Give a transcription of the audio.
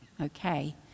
Okay